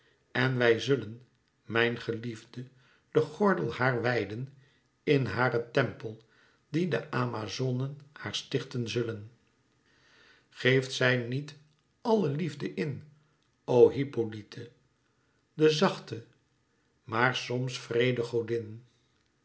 en wij zullen mijn geliefde den gordel haar wijden in haren tempel die de amazonen haar stichten zullen geeft zij niet àlle liefde in o hippolyte de zachte maar soms wréede godin